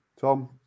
Tom